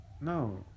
No